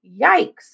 Yikes